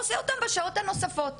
עושה אותה בשעות הנוספות,